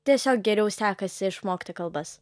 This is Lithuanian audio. tiesiog geriau sekasi išmokti kalbas